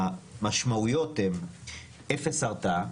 המשמעויות הן אפס הרתעה.